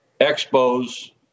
Expos